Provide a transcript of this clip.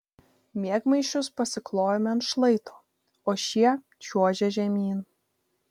miegmaišius pasiklojome ant šlaito o šie čiuožė žemyn